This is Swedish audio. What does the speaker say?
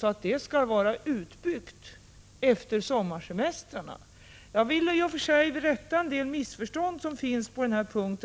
Det programmet skall vara utbyggt efter sommarsemestrarna. Jag vill i det sammanhanget rätta till en del missförstånd som föreligger på denna punkt.